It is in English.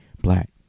black